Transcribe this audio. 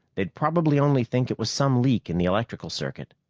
they'd probably only think it was some leak in the electrical circuit.